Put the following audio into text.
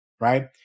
right